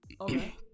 Okay